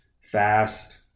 Fast